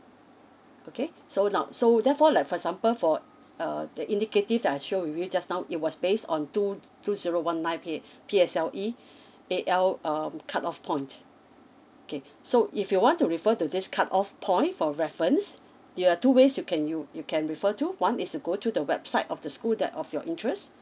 okay so now so therefore like for example for uh the indicative that I show with you just now it was based on two two zero one nine okay P_S_L_E A_L um cut off point okay so if you want to refer to this cut off point for reference there are two ways you can you you can refer to one is to go to the website of the school that of your interest